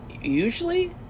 Usually